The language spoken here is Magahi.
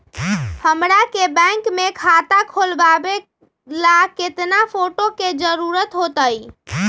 हमरा के बैंक में खाता खोलबाबे ला केतना फोटो के जरूरत होतई?